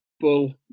bull